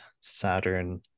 Saturn